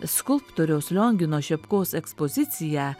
skulptoriaus liongino šepkos ekspoziciją